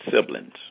siblings